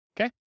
Okay